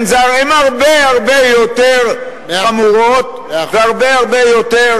זר הן הרבה הרבה יותר חמורות והרבה הרבה יותר